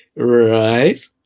Right